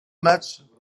matchs